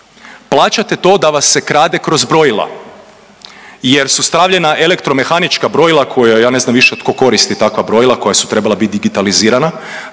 plaćate to da vas se krade kroz brojila jer su stavljena elektromehanička brojila koja, ja ne znam više tko koristi takva brojila koja su trebala bit digitalizirana,